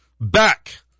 back